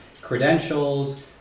credentials